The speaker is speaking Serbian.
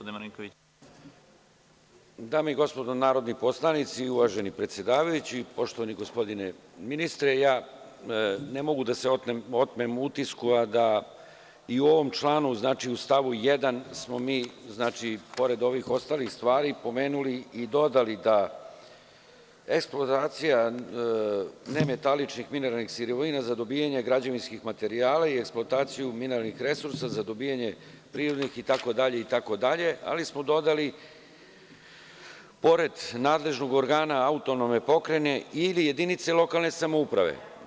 Dame i gospodo narodni poslanici, uvaženi predsedavajući, poštovani gospodine ministre, ja ne mogu da se otmem utisku, jer smo mi i o ovom članu u stav 1, pored ovih ostalih stvari, pomenuli i dodali da eksploatacija nemetaličnih mineralnih sirovina za dobijanje građevinskih materijala i eksploataciju mineralnih resursa za dobijanje prirodnih itd, itd, ali smo dodali – pored nadležnog organa autonomne pokrajine ili jedinice lokalne samouprave.